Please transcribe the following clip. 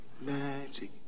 magic